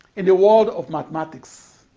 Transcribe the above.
in the world of mathematics.